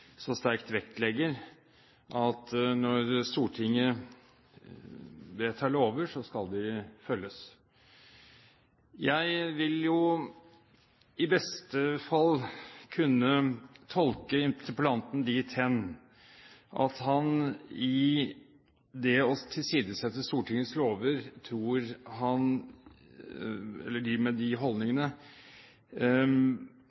så sterkt vektlegger at når Stortinget vedtar lover, skal de følges. Jeg vil i beste fall kunne tolke interpellanten dit hen at han ved det å tilsidesette Stortingets lover tror at han med